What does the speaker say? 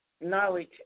Knowledge